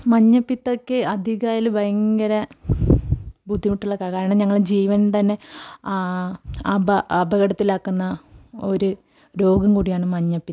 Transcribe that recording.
മഞ്ഞപ്പിത്തമൊക്കെ അധികമായാൽ ഭയങ്കര ബുദ്ധിമുട്ടുള്ള കാര്യം കാരണം ഞങ്ങളുടെ ജീവൻ തന്നെ അപ അപകടത്തിലാക്കുന്ന ഒരു രോഗം കൂടിയാണ് മഞ്ഞപ്പിത്തം